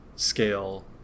Scale